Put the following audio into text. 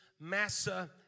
Massa